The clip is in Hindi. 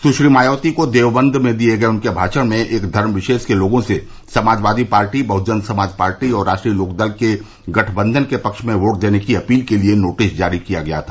सुश्री मायावती को देवबंद में दिए गए उनके भाषण में एक धर्मविशेष के लोगों से समाजवादी पार्टी बहुजन समाज पार्टी और राष्ट्रीय लोकदल के गठबंधन के पक्ष में वोट देने की अपील के लिए नोटिस जारी किया गया था